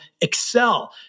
Excel